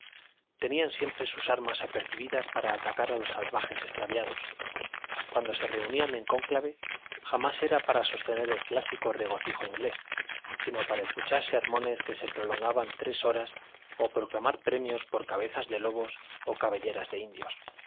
tenían siempre sus armas apercibidas para atacar a los salvajes extraviados cuando se reunían en cónclave jamás era para sostener el clásico regocijo inglés sino para escuchar sermones que se prolongaban tres horas o proclamar premios por cabezas de lobos o cabelleras de indios